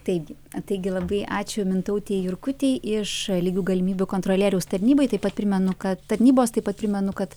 taigi taigi labai ačiū mintautei jurkutei iš lygių galimybių kontrolieriaus tarnybai taip pat primenu kad tarnybos taip pat primenu kad